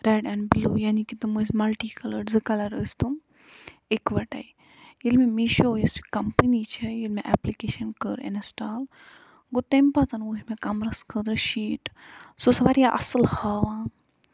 red and blue یعنے کہِ تِم ٲسۍ مَلٹی کَلٲرڈ زٕ کَلر ٲسۍ تِم اِکہٕ وَٹے ییٚلہِ مےٚ مِشو یُس کمپٔنی چھےٚ ییٚلہِ مےٚ ایپلِکیشَن کٔر اِنسٹال گوٚو تَمہِ پَتہٕ وُچھ مےٚ کَمرَس خٲطرٕ شیٖٹ سُہ اوس واریاہ اَصٕل ہاوان